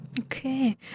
Okay